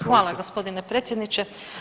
Hvala gospodine predsjedniče.